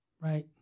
Right